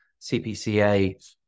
cpca